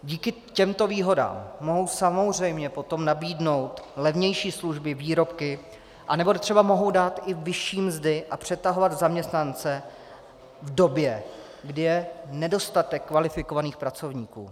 Díky těmto výhodám mohou samozřejmě potom nabídnout levnější služby, výrobky anebo třeba mohou dát i vyšší mzdy a přetahovat zaměstnance v době, kdy je nedostatek kvalifikovaných pracovníků.